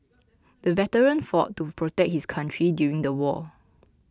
the veteran fought to protect his country during the war